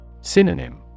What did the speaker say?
Synonym